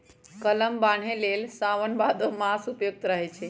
कलम बान्हे लेल साओन भादो मास उपयुक्त रहै छै